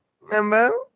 Remember